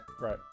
right